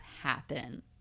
happen